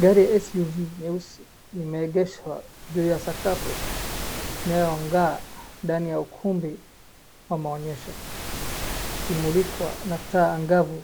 Gari SUV nyeusi imeegeshwa juu ya sakafu inayong'aa ndani ya ukumbi wa maonyesho ikimulikwa na taa angavu